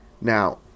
now